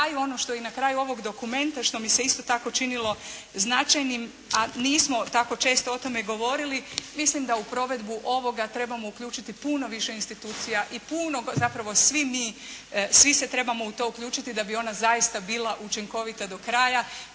i na kraju ovog dokumenta što mi se isto tako činilo značajnim, a nismo tako često o tome govorili, mislim da u provedbu ovoga trebamo uključiti puno više institucija i puno zapravo svi mi, svi se trebamo u to uključiti da bi ona zaista bila učinkovita do kraja.